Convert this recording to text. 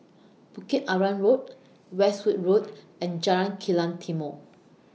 Bukit Arang Road Westwood Road and Jalan Kilang Timor